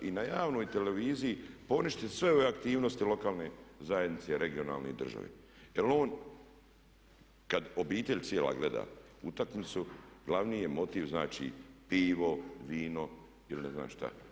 I na javnoj televiziji poništit sve ove aktivnosti lokalne zajednice i regionalne i države, jer on kad obitelj cijela gleda utakmicu glavni je motiv znači pivo, vino ili ne znam šta.